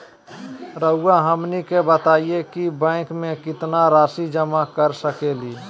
रहुआ हमनी के बताएं कि बैंक में कितना रासि जमा कर सके ली?